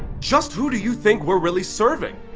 just who do you think we're really serving?